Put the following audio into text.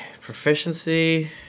proficiency